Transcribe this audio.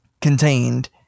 contained